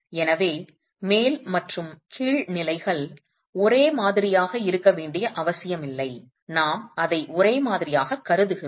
எனவே மேல் மற்றும் கீழ் நிலைகள் ஒரே மாதிரியாக இருக்க வேண்டிய அவசியமில்லை நாம் அதை ஒரே மாதிரியாகக் கருதுகிறோம்